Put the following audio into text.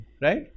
right